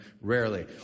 rarely